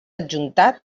adjuntat